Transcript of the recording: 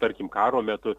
tarkim karo metu